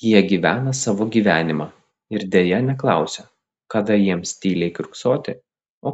jie gyvena savo gyvenimą ir deja neklausia kada jiems tyliai kiurksoti